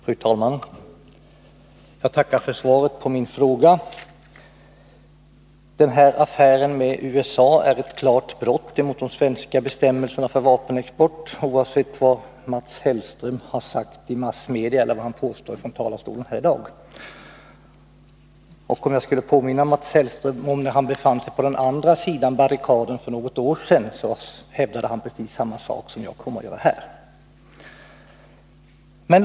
Fru talman! Jag tackar för svaret på min fråga. Den här affären med USA är ett klart brott mot de svenska bestämmelserna för vapenexport, oavsett vad Mats Hellström har uttalat i massmedia eller sagt från talarstolen här i dag. Jag vill påminna Mats Hellström om hans inställning då han för något år sedan befann sig på den andra sidan barrikaden. Då hävdade han precis samma sak som jag kommer att göra nu.